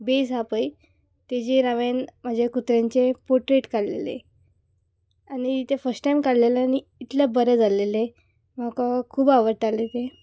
बेज आहा पय तेजेर हांवेन म्हाज्या कुत्र्यांचे पोट्रेट काडलेलें आनी तें फस्ट टायम काडलेलें आनी इतले बरे जाल्लेलें म्हाका खूब आवडटाले तें